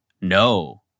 No